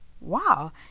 Wow